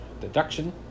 Deduction